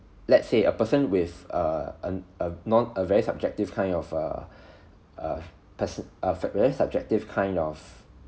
let's say a person with err err err non a very subjective kind of err a perso~ a very subjective kind of